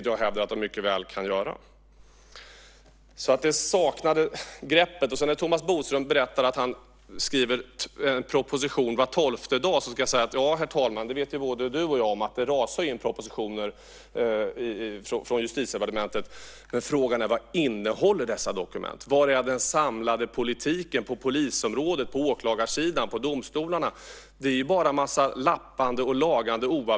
Jag hävdar att det mycket väl kan göra det. Det saknas ett grepp. Thomas Bodström berättar att han skriver en proposition var tolfte dag. Ja, herr talman, både du och jag vet att det rasar in propositioner från Justitiedepartementet. Frågan är vad dessa dokument innehåller. Var är den samlade politiken på polisområdet, på åklagarsidan, på domstolarna? Det är bara en massa oavbrutet lappande och lagande.